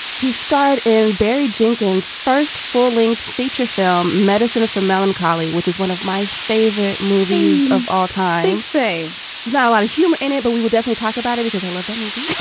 he starred in barry jenkins first full-length feature film, medicine for melancholy, which is one of my favorite movies of all time. say it's not a lot of humor in it, but we will definitely talk about it because i love that movie